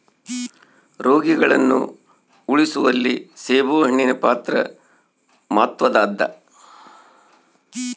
ರೋಗಿಗಳನ್ನು ಉಳಿಸುವಲ್ಲಿ ಸೇಬುಹಣ್ಣಿನ ಪಾತ್ರ ಮಾತ್ವದ್ದಾದ